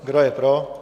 Kdo je pro?